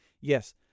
Yes